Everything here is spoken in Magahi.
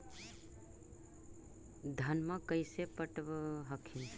धन्मा कैसे पटब हखिन?